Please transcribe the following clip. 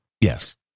Yes